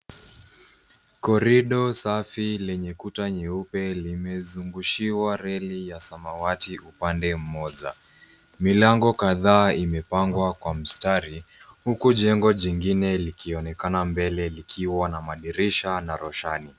Korido safi lenye kuta nyeupe limezungushiwa reli ya samawati upande mmoja. Milango kadhaa imepangwa kwa mstari, huku jengo jingine likionekana mbele ,likiwa na madirisha na roshani.